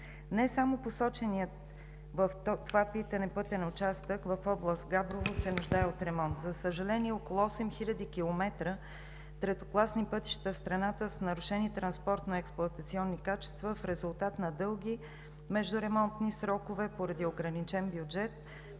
Не само посоченият в това питане пътен участък в област Габрово се нуждае от ремонт. За съжаление, около 8000 км третокласни пътища в страната са с нарушени транспортно-експлоатационни качества в резултат на дълги междуремонтни срокове, поради ограничен бюджет